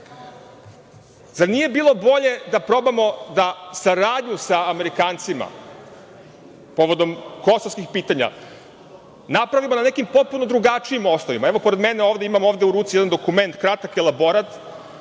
Zar nije bilo bolje da probamo da saradnju sa Amerikancima povodom kosovskih pitanja napravimo na nekim potpuno drugačijim osnovama? Evo, pored mene ovde imam u ruci jedan dokument, kratak elaborat,